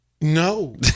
No